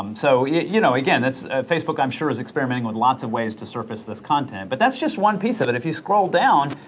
um so you know, again, facebook i'm sure is experimenting with lots of ways to surface this content, but that's just one piece of it. if you scroll down,